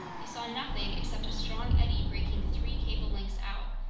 they saw nothing except a strong eddy breaking three cable lengths out,